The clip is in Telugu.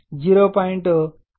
0